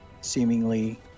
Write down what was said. seemingly